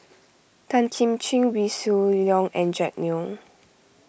Tan Kim Ching Wee Shoo Leong and Jack Neo